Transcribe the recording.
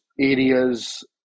areas